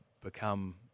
become